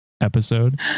episode